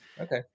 okay